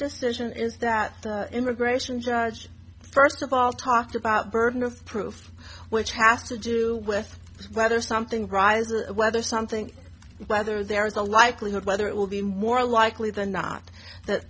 decision is that the immigration judge first of all talked about burden of proof which has to do with whether something rises whether something whether there is a likelihood whether it will be more likely than not that